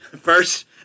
First